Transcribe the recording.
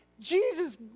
Jesus